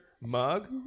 Mug